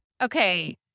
Okay